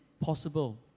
possible